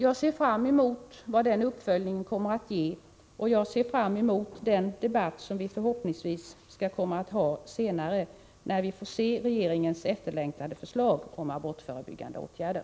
Jag ser fram emot vad denna uppföljning kommer att ge och den debatt som förhoppningsvis skall äga rum senare, när vi har fått studera regeringens Nr 12 efterlängtade förslag om abortförebyggande åtgärder.